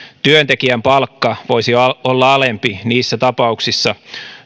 työntekijän palkka voisi olla olla alempi niissä tapauksissa